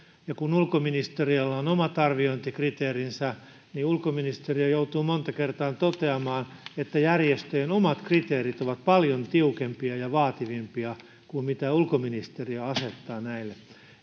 ja kun ulkoministeriöllä on omat arviointikriteerinsä niin ulkoministeriö joutuu monta kertaa toteamaan että järjestöjen omat kriteerit ovat paljon tiukempia ja vaativampia kuin mitä ulkoministeriö asettaa näille